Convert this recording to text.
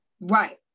Right